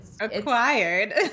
Acquired